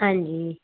ਹਾਂਜੀ